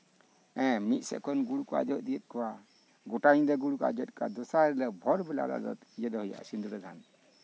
ᱦᱮᱸ ᱢᱤᱫ ᱥᱮᱱ ᱠᱷᱚᱱ ᱜᱩᱲ ᱠᱚ ᱟᱡᱚ ᱤᱫᱤᱭᱮᱜ ᱠᱚᱣᱟ ᱜᱳᱴᱟ ᱧᱤᱫᱟᱹ ᱜᱩᱲ ᱠᱚ ᱥᱟᱡᱚᱭᱮᱜ ᱠᱚᱣᱟ ᱫᱚᱥᱟᱨ ᱦᱤᱞᱳᱜ ᱵᱷᱳᱨ ᱵᱮᱞᱟᱨᱮ ᱦᱩᱭᱩᱜᱼᱟ ᱥᱤᱸᱫᱽᱨᱟᱹ ᱫᱟᱱ